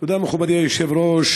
תודה, מכובדי היושב-ראש.